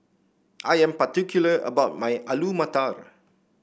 I am particular about my Alu Matar